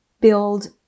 build